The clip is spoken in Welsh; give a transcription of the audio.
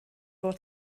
fod